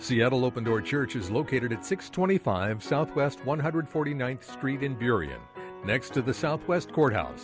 seattle open door church is located at six twenty five south west one hundred forty ninth street in period next to the southwest courthouse